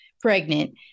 pregnant